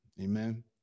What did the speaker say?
Amen